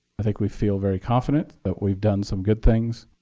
i think we feel very confident that we've done some good things,